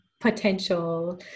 potential